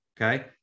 okay